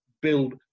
build